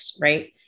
right